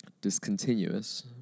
discontinuous